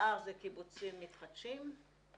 השאר זה קיבוצים מתחדשים.